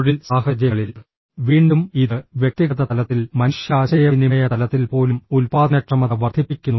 തൊഴിൽ സാഹചര്യങ്ങളിൽ വീണ്ടും ഇത് വ്യക്തിഗത തലത്തിൽ മനുഷ്യ ആശയവിനിമയ തലത്തിൽ പോലും ഉൽപ്പാദനക്ഷമത വർദ്ധിപ്പിക്കുന്നു